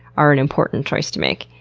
are an important choice to make?